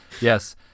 Yes